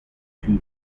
two